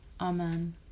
Amen